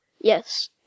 Yes